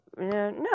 no